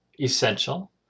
essential